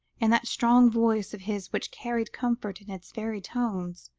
in that strong voice of his which carried comfort in its very tones,